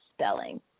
spelling